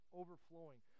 overflowing